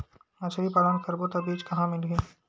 मछरी पालन करबो त बीज कहां मिलही?